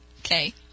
Okay